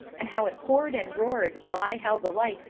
and how it poured and roared, while i held the light,